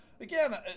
Again